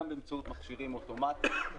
גם באמצעות מכשירים אוטומטיים.